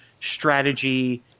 strategy